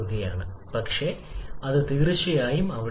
അതുപോലെ അവസാന താപനില നിലയും കുറവാണ്